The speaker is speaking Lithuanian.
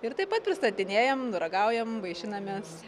ir taip pat pristatinėjam ragaujam vaišinamės